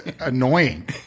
annoying